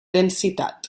densitat